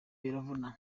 biravuna